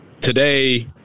today